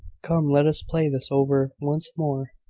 come! let us play this over once more,